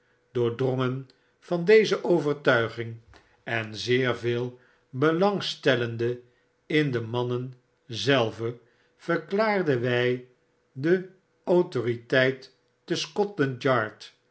doordrongen van deze overtuiging en zeer veel belangstellende in de mannen zelve verklaarden wy de autoriteiten te scotland